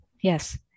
yes